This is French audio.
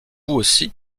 aussi